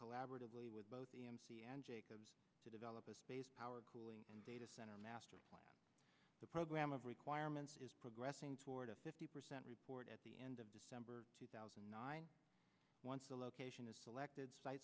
collaboratively with both e m c and jacobs to develop a space power cooling data center master plan the program of requirements is progressing toward a fifty percent report at the end of december two thousand and nine once a location is selected site